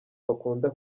bakunda